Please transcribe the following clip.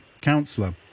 councillor